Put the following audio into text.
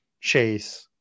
chase